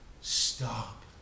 Stop